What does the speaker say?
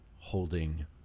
holding